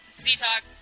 Z-Talk